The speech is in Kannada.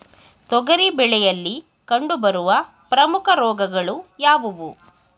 ತೊಗರಿ ಬೆಳೆಯಲ್ಲಿ ಕಂಡುಬರುವ ಪ್ರಮುಖ ರೋಗಗಳು ಯಾವುವು?